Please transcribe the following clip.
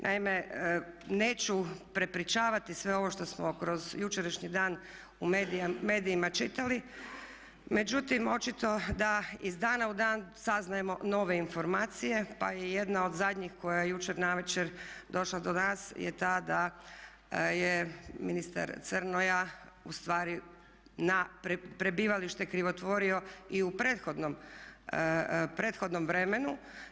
Naime, neću prepričavati sve ovo što smo kroz jučerašnji dan u medijima čitali, međutim očito da iz dana u dan saznajemo nove informacije pa je jedna od zadnjih koja je jučer navečer došla do nas da je ta da je ministar Crnoja ustvari na prebivalište krivotvorio i u prethodnom vremenu.